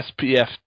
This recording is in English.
SPF